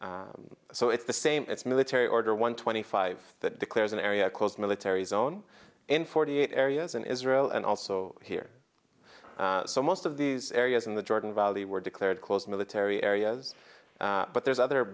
gaza so it's the same it's military order one twenty five that declares an area closed military zone in forty eight areas in israel and also here so most of these areas in the jordan valley were declared closed military area is but there's other